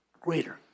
greater